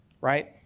right